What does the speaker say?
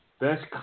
Best